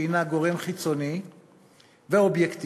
שהנה גורם חיצוני ואובייקטיבי,